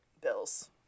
bills